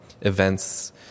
events